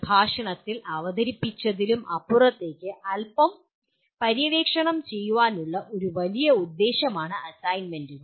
പ്രഭാഷണത്തിൽ അവതരിപ്പിച്ചതിലും അപ്പുറത്തേക്ക് അൽപ്പം പര്യവേക്ഷണം ചെയ്യാനുള്ള ഒരു വലിയ ഉദ്ദേശ്യമാണ് അസൈൻമെന്റുകൾ